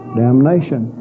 damnation